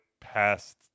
past